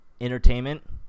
Entertainment